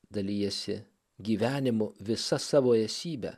dalijasi gyvenimu visa savo esybe